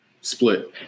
Split